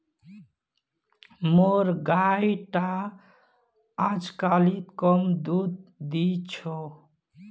मोर गाय टा अजकालित कम दूध दी छ